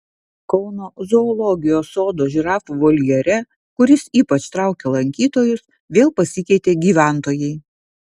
kauno zoologijos sodo žirafų voljere kuris ypač traukia lankytojus vėl pasikeitė gyventojai